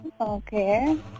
Okay